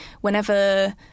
whenever